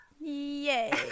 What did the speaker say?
Yay